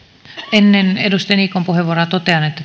ennen edustaja niikon puheenvuoroa totean että